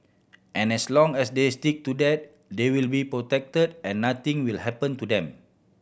and as long as they stick to that they will be protected and nothing will happen to them